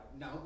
no